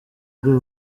ari